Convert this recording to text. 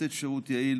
לתת שירות יעיל,